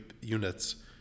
units